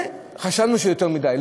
חשבנו שזה יותר מדי.